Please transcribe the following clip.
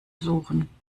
suchen